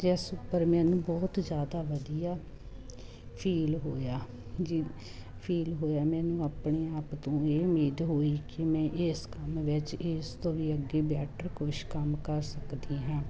ਜਿਸ ਉੱਪਰ ਮੈਨੂੰ ਬਹੁਤ ਜ਼ਿਆਦਾ ਵਧੀਆ ਫੀਲ ਹੋਇਆ ਜੀ ਫੀਲ ਹੋਇਆ ਮੈਨੂੰ ਆਪਣੇ ਆਪ ਤੋਂ ਇਹ ਉਮੀਦ ਹੋਈ ਕਿ ਮੈਂ ਇਸ ਕੰਮ ਵਿੱਚ ਇਸ ਤੋਂ ਵੀ ਅੱਗੇ ਬੈਟਰ ਕੁਛ ਕੰਮ ਕਰ ਸਕਦੀ ਹਾਂ